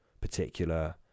particular